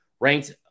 Ranked